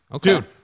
Dude